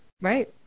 Right